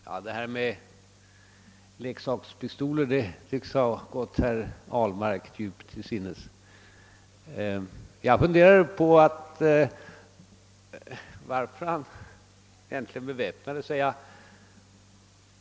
Herr talman! Detta med leksakspistoler tycks ha gått herr Ahlmark djupt till sinnes. Jag funderar över varför han egentligen beväpnat sig.